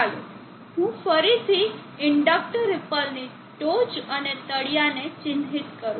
ચાલો હું ફરીથી ઇન્ડક્ટર રીપલની ટોચ અને તળિયા ને ચિહ્નિત કરું